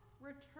return